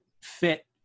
fit